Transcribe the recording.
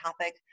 topic